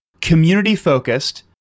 community-focused